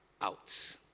out